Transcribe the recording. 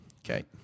Okay